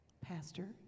pastor